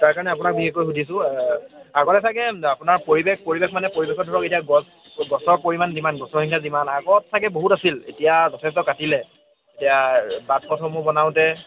তাৰকাৰণে আপোনাক বিশেষকৈ সুধিছোঁ আগতে চাগে আপোনাৰ পৰিৱেশ পৰিৱেশ মানে পৰিৱেশত ধৰক এতিয়া গছ গছৰ পৰিমাণ যিমান গছৰ সংখ্যা যিমান আগত চাগে বহুত আছিল এতিয়া যথেষ্ট কাটিলে এতিয়া বাট পথসমূহ বনাওঁতে